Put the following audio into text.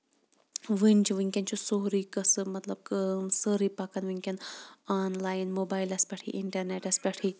وٕنہِ چھُ وٕنکیٚن چھُ سورُے گژھان مطلب کٲم سٲرٕے پَکان وٕنکیٚن آن لاین موبیلَس پٮ۪ٹھٕے اِنٹرنیٹَس پٮ۪ٹھٕے